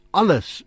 alles